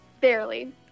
Barely